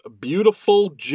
Beautiful